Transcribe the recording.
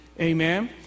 amen